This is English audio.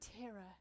terror